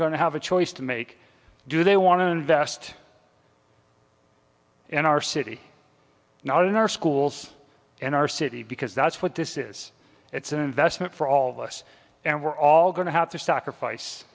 to have a choice to make do they want to invest in our city not in our schools and our city because that's what this is it's an investment for all of us and we're all going to have to sacrifice